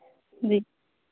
जी